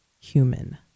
human